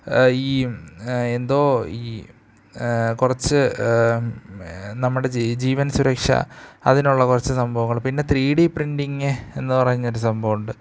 ഈ എന്തോ ഈ കുറച്ച് നമ്മുടെ ജീ ജീവൻ സുരക്ഷ അതിനുള്ള കുറച്ച് സംഭവങ്ങൾ പിന്നെ ത്രീ ഡി പ്രിൻറിങ്ങ് എന്ന് പറഞ്ഞൊരു സംഭവം ഉണ്ട്